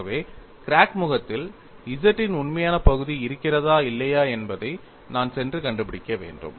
ஆகவே கிராக் முகத்தில் Z இன் உண்மையான பகுதி இருக்கிறதா இல்லையா என்பதை நான் சென்று கண்டுபிடிக்க வேண்டும்